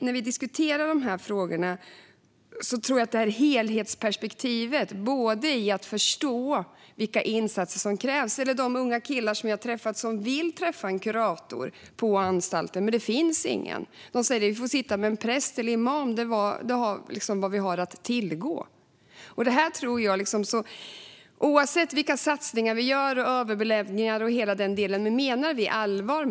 När vi diskuterar dessa frågor måste vi se till helhetsperspektivet i att förstå vilka insatser som krävs. Ta till exempel de unga killar på en anstalt som vill träffa en kurator, men det finns ingen. De får träffa en präst eller en imam. Det är vad som finns att tillgå. Oavsett vilka satsningar som görs, om det är fråga om överbeläggningar och så vidare, måste vi mena allvar.